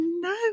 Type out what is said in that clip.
no